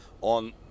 on